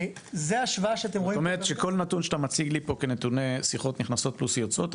זאת אומרת שכל נתון שאתה מציג לי פה כנתוני שיחות נכנסות פלוס יוצאות,